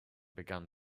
began